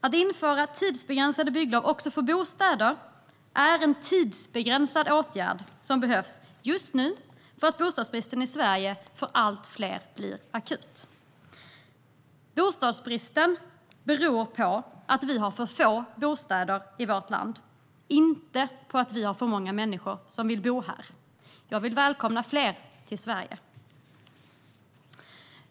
Att införa tidsbegränsade bygglov också för bostäder är en tidsbegränsad åtgärd som behövs just nu därför att bostadsbristen i Sverige blir akut för allt fler. Bostadsbristen beror på att vi har för få bostäder i vårt land, inte på att vi har för många människor som vill bo här. Jag vill välkomna fler till Sverige.